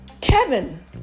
Kevin